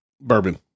bourbon